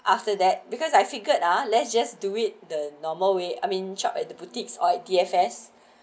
after that because I figured ah let's just do it the normal way I mean chop at the boutiques oil D_F_S